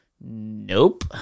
Nope